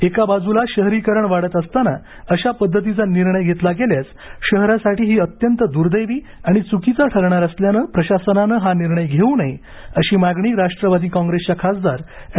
एका बाजूला शहरीकरण वाढत असताना अशा पद्धतीचा निर्णय घेतला गेल्यास शहरासाठी ही अत्यंत दूर्देवी आणि चुकीचा ठरणार असल्यानं प्रशासनानं हा निर्णय घेऊ नये अशी मागणी राष्ट्रवादी कॉप्रेसच्या खासदार अॅड